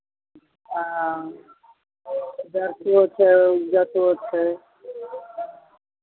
हँ जरतिए छै जतेक छै